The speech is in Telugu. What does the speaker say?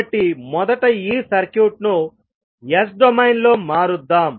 కాబట్టి మొదట ఈ సర్క్యూట్ను S డొమైన్ లో మారుద్దాం